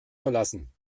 verlassen